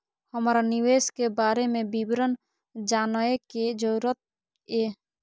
हमरा निवेश के बारे में विवरण जानय के जरुरत ये?